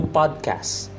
podcasts